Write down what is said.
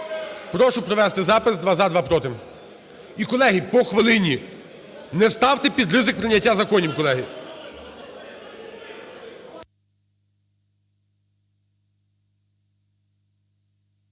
Прошу провести запис: два – за, два – проти. І, колеги, по хвилині. Не ставте під ризик прийняття законів, колеги.